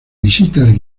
visitas